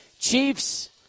Chiefs